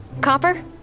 Copper